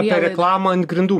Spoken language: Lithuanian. apie reklamą ant grindų